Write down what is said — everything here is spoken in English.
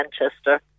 Manchester